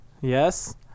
Yes